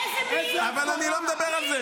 הינה, אופיר כץ --- כן, הייתה הפרה.